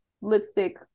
lipstick